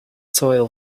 soil